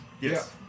Yes